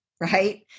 right